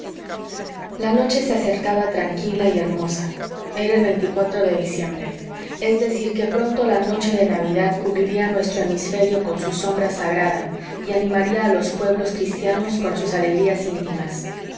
la noche se acercaba tranquila y hermosa era el de diciembre es decir que pronto la noche de navidad cubriría nuestro hemisferio con su sombra sagrada y animaría a los pueblos cristianos con sus alegrías íntimas